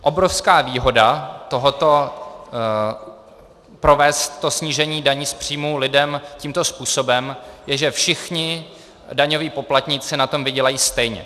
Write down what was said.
Obrovská výhoda tohoto provést snížení daní z příjmů lidem tímto způsobem je, že všichni daňoví poplatníci na tom vydělají stejně.